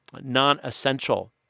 non-essential